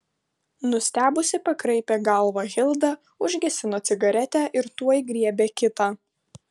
nustebusi pakraipė galvą hilda užgesino cigaretę ir tuoj griebė kitą